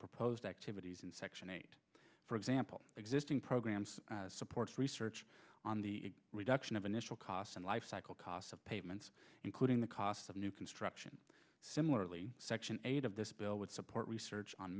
proposed activities in section eight for example existing programs supports research on the reduction of initial costs and lifecycle costs of payments including the cost of new construction similarly section eight of this bill would support research on